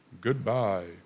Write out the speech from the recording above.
goodbye